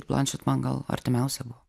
blančet man gal artimiausia buvo